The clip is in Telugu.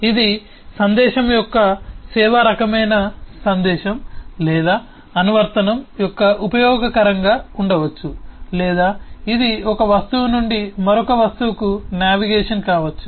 ఇది సందేశం యొక్క సేవా రకమైన సందేశం లేదా అనువర్తనం యొక్క ఉపయోగ రకంగా ఉండవచ్చు లేదా ఇది ఒక వస్తువు నుండి మరొక వస్తువుకు నావిగేషన్ కావచ్చు